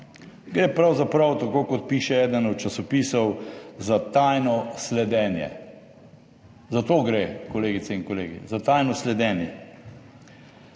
Gre pravzaprav, tako kot piše eden od časopisov, za tajno sledenje. Za to gre, kolegice in kolegi, za tajno sledenje.